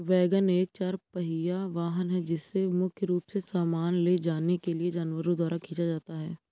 wagon एक चार पहिया वाहन है जिसे मुख्य रूप से सामान ले जाने के लिए जानवरों द्वारा खींचा जाता है